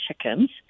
chickens